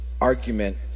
argument